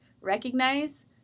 recognize